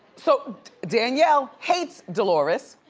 so danielle hates dolores,